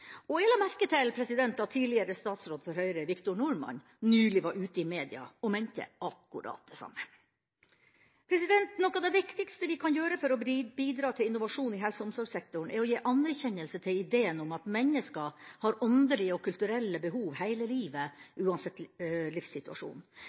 Jeg la merke til at tidligere statsråd for Høyre, Victor Norman, nylig var ute i mediene og mente akkurat det samme. Noe av det viktigste vi kan gjøre for å bidra til innovasjon i helse- og omsorgssektoren, er å gi anerkjennelse til ideen om at mennesker har åndelige og kulturelle behov hele livet